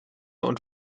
und